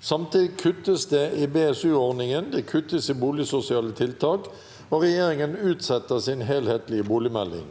Samtidig kuttes det i BSU-ordningen, det kuttes i boligsosiale tiltak, og regjeringen utsetter sin hel- hetlige boligmelding.